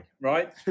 right